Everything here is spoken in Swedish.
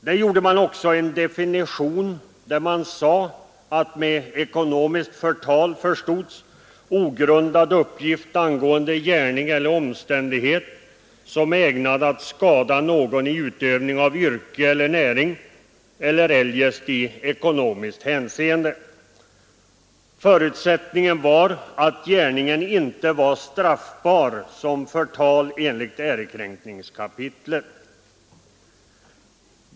Där gjorde man också en definition där man sade, att med ekonomiskt förtal förstods ogrundad miskt förtal miskt förtal uppgift angående gärning eller omständighet som är ägnad att skada någon i utövning av yrke eller näring eller eljest i ekonomiskt hänseende Förutsättningen var att gärningen inte var straffbar som förtal enligt ärekränkningskapitlet.